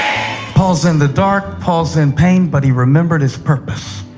paul is in the dark, paul is in pain, but he remembered his purpose.